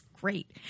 great